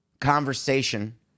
conversation